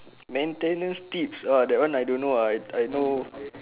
maintenance tips uh that one I don't know uh I I know